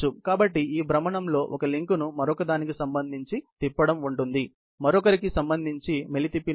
కాబట్టి ఈ భ్రమణంలో ఒక లింక్ను మరొకదానికి సంబంధించి తిప్పడం ఉంటుంది మరొకరికి సంబంధించి మెలితిప్పినట్లు